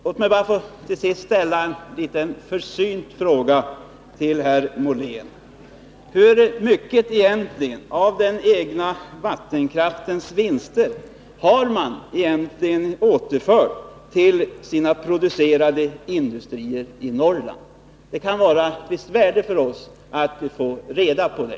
Låt mig till sist ställa en liten försynt fråga till herr Molén: Hur mycket av den egna vattenkraftens vinster har man egentligen återfört till sina producerande industrier i Norrland? Det kan vara av visst värde för oss att få reda på det.